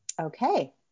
Okay